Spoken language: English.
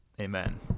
Amen